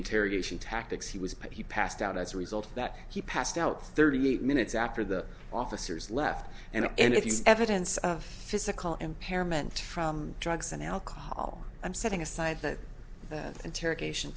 interrogation tactics he was paid he passed out as a result that he passed out thirty eight minutes after the officers left and if you see evidence of physical impairment from drugs and alcohol i'm setting aside the interrogation